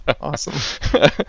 awesome